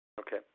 okay